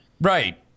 Right